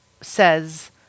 says